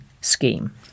scheme